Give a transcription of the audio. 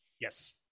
Yes